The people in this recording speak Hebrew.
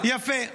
יפה.